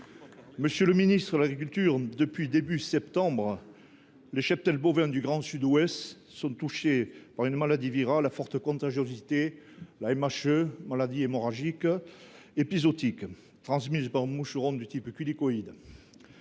Monsieur le ministre de l’agriculture, depuis début septembre, les cheptels bovins du Grand Sud Ouest sont atteints d’une maladie virale à forte contagiosité, la maladie hémorragique épizootique (MHE), transmise par un moucheron du type culicoïde.